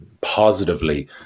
positively